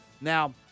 Now